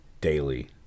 daily